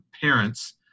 parents